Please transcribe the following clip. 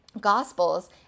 Gospels